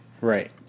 Right